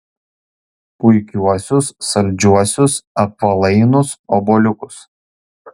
puikiuosius saldžiuosius apvalainus obuoliukus